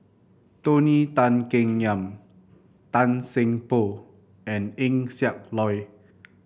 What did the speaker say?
Tony Tan Keng Yam Tan Seng Poh and Eng Siak Loy